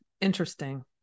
Interesting